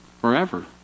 forever